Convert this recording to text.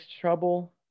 trouble